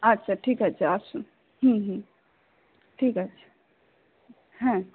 আচ্ছা ঠিক আছে আসুন হুম হুম ঠিক আছে হ্যাঁ